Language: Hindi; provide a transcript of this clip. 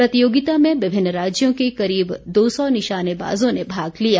प्रतियोगिता में विभिन्न राज्यों के करीब दो सौ निशानेबाजों ने भाग लिया